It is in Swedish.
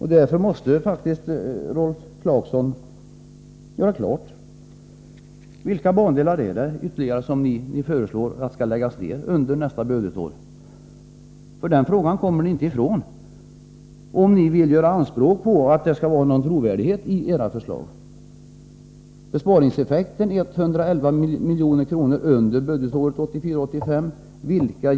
Därför måste faktiskt Rolf Clarkson göra klart: Vilka ytterligare bandelar är det som ni föreslår skall läggas ner under nästa budgetår? Den frågan kommer ni inte ifrån, om ni vill göra anspråk på någon trovärdighet i era förslag.